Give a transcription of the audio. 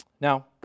Now